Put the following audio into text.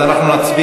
אז אנחנו נצביע.